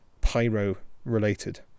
pyro-related